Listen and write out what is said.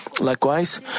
Likewise